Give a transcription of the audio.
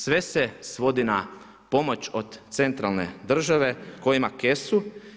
Sve se svodi na pomoć od centralne države koji ima kesu.